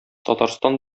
татарстан